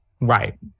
Right